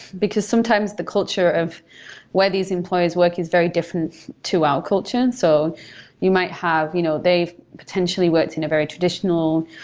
because sometimes the culture of where these employees work is very different to our culture. and so you might have you know they've potentially worked in a very traditional,